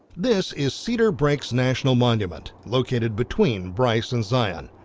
this is cedar breaks national monument located between bryce and zion.